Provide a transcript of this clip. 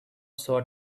sort